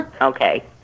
Okay